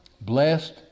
blessed